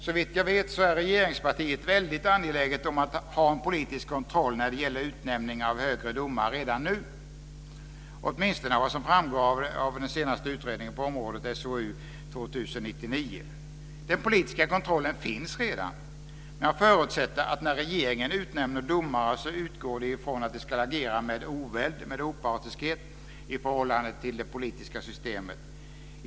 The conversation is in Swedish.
Såvitt jag vet är regeringspartiet väldigt angeläget om att ha en politisk kontroll när det gäller utnämning av högre domare redan nu, åtminstone av vad som framgår av den senaste utredningen på området, SOU 2000:99. Den politiska kontrollen finns redan. Men jag förutsätter att när regeringen utnämner domare utgår man från att de ska agera med oväld och med opartiskhet i förhållande till det politiska systemet.